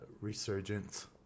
resurgence